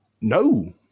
no